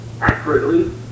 accurately